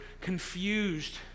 confused